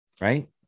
right